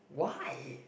why